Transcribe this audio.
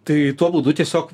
tai tuo būdu tiesiog